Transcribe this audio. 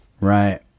Right